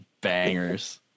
Bangers